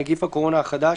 נגיף הקורונה החדש)